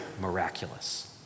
miraculous